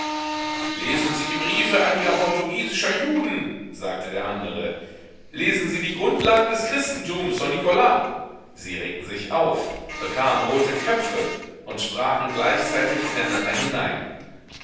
lesen sie die briefe einiger portugiesischen juden sagte der andre lesen sie die grundlagen des christentums von nicolas sie regten sich auf bekamen rote köpfe und sprachen gleichzeitig ineinander hinein